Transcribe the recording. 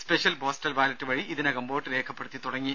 special postal ballot വഴി ഇതിനകം vote രേഖപ്പെടുത്തി തുടങ്ങി